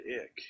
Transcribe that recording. Ick